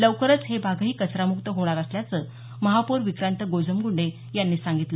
लवकरच हे भागही कचरा मुक्त होणार असल्याचं महापौर विक्रांत गोजमगुंडे यांनी सांगितलं